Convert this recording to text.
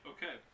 Okay